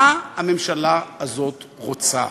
מה הממשלה הזאת רוצה,